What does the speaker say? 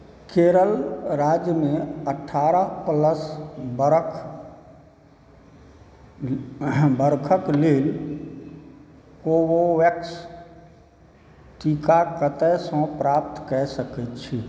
केरल राज्यमे अठारह प्लस वर्ष वर्षक लेल कोवोवेक्स टीका कतयसँ प्राप्त कए सकैत छी